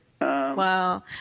Wow